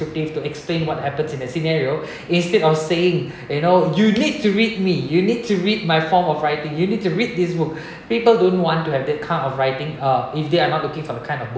to explain what happens in a scenario instead of saying you know you need to read me you need to read my form of writing you need to read this book people don't want to have that kind of writing uh if they are not looking for the kind of book